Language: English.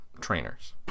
trainers